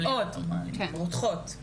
רותחות,